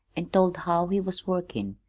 an' told how he was workin',